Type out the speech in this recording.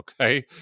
okay